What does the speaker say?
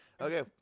Okay